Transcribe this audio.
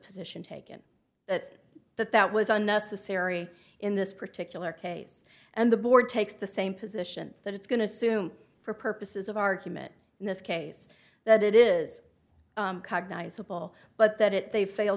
position taken that that that was unnecessary in this particular case and the board takes the same position that it's going to assume for purposes of argument in this case that it is simple but that it they fail